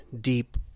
deep